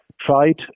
tried